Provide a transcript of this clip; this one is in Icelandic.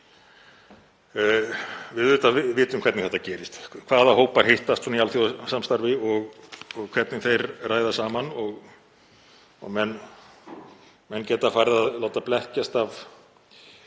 Við vitum hvernig þetta gerist, hvaða hópar hittast í alþjóðasamstarfi og hvernig þeir ræða saman og menn geta farið að láta blekkjast af